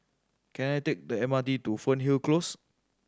can I take the M R T to Fernhill Close